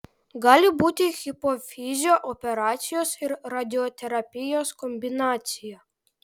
gali būti hipofizio operacijos ir radioterapijos kombinacija